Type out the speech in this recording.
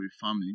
family